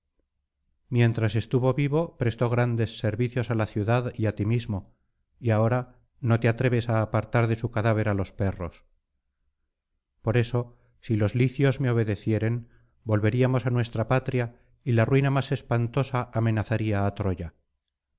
mientras estuvo vivo prestó grandes servicios á la ciudad y á ti mismo y ahora no te atreves á apartar de su cadáver á los perros por esto si los licios me obedecieren volveríamos á nuestra patria y la ruina más espantosa amenazaría á troya